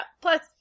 plus